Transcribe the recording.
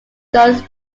joins